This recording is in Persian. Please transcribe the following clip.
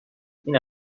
این